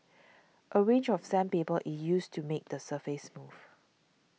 a range of sandpaper is used to make the surface smooth